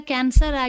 Cancer